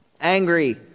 angry